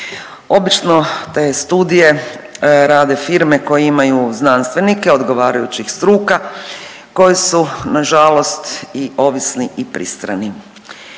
Obično te studije rade firme koje imaju znanstvenike odgovarajućih struka koji su nažalost i ovisni i pristrani.